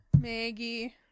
Maggie